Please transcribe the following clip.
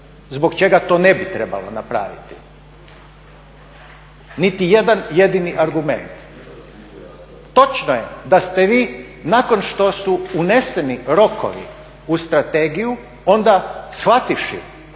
zbog čega to ne bi trebalo napraviti, niti jedan jedini argument. Točno je da ste vi nakon što su uneseni rokovi u strategiju, onda shvativši